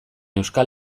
euskal